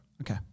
Okay